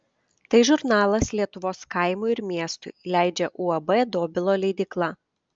tai žurnalas lietuvos kaimui ir miestui leidžia uab dobilo leidykla